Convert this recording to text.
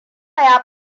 ya